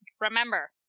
remember